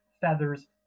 feathers